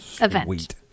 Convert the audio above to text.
event